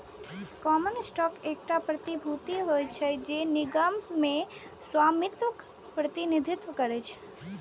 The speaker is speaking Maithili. कॉमन स्टॉक एकटा प्रतिभूति होइ छै, जे निगम मे स्वामित्वक प्रतिनिधित्व करै छै